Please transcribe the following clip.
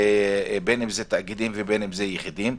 בין אם זה תאגידים ובין אם זה יחידים.